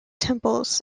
temples